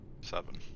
Seven